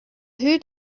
who